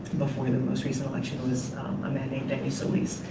before the most recent election was a man named danny solis.